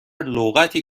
لغتی